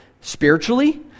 spiritually